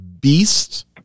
Beast